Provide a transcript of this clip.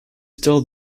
still